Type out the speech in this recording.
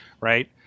right